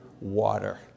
water